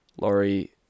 Laurie